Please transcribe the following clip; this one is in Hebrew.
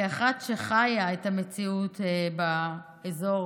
כאחת שחיה את המציאות באזור,